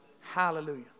Hallelujah